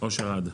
אושר עד.